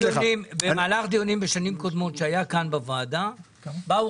במהלך דיונים בשנים קודמות שהיו כאן בוועדה באו